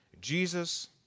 Jesus